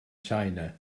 china